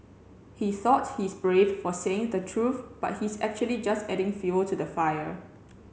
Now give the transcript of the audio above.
he thought he's brave for saying the truth but he's actually just adding fuel to the fire